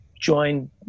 join